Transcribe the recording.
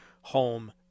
home